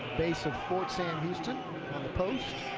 based at fort sam houston on post.